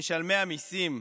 משלמי המיסים,